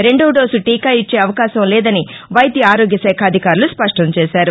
రెండో డోసు టీకా ఇచ్చే అవకాశం లేదని వైద్య ఆరోగ్య శాఖ అధికారులు స్పష్టం చేశారు